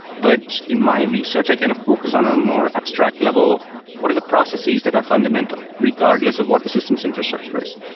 but in my research, i kind of focus on a more abstract level of what are the processes that are fundamental regardless of what the systems infrastructure is.